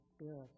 spirit